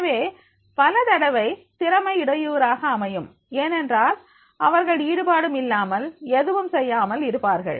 எனவே பலதடவை திறமை இடையூறாக அமையும் ஏனென்றால் அவர்கள் ஈடுபாடும் இல்லாமல் எதுவும் செய்யாமல் இருப்பார்கள்